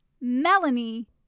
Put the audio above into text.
Melanie